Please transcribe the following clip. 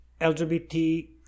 lgbt